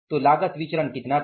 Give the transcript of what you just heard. तो लागत विचरण कितना था